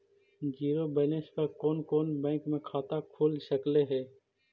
Zero balance पर कोन कोन बैंक में खाता खुल सकले हे?